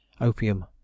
Opium